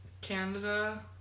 Canada